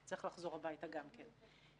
צריך לחזור הביתה גם כן.